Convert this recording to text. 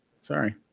Sorry